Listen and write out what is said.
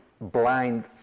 blind